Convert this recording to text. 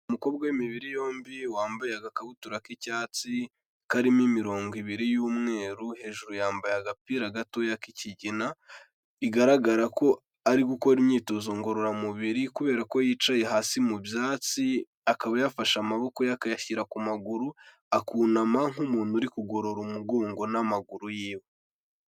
Umukobwa w'imibiri yombi wambaye agakabutura k'icyatsi karimo imirongo ibiri y'umweru, hejuru yambaye agapira gatoya k'ikigina, bigaragara ko ari gukora imyitozo ngororamubiri kubera ko yicaye hasi mu byatsi, akaba yafashe amaboko ye akayashyira ku maguru, akunama nk'umuntu uri kugorora umugongo n'amaguru yiwe.